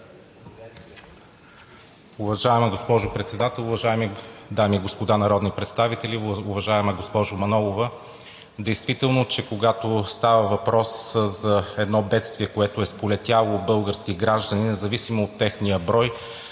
Уважаема госпожо Председател, уважаеми дами и господа народни представители! Уважаема госпожо Манолова, действително, че когато става въпрос за едно бедствие, което е сполетяло български граждани, независимо от техния брой,